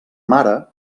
mare